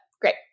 Great